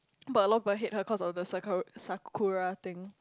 but a lot of people hate her cause of the saku~ Sakura thing